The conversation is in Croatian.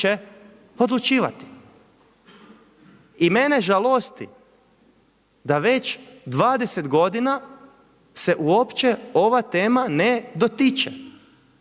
I mene žalosti da već 20 godina se uopće ova tema ne dotiče.